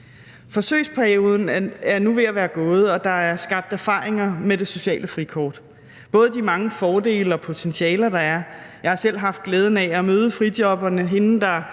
Forsøgsperioden er nu ved at være gået, og der er skabt erfaringer med det sociale frikort, både de mange fordele og potentialer, der er – jeg har selv haft glæden af at møde frijobberne; hende, der